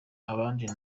abandi